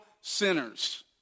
sinners